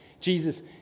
Jesus